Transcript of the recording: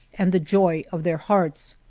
and the joy of their hearts.